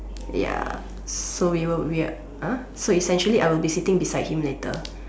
ya so we were we at so essentially I'll be sitting beside him later